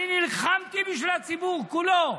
אני נלחמתי בשביל הציבור כולו,